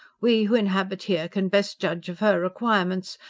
we who inhabit here can best judge of her requirements,